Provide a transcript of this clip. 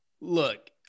look